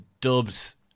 Dubs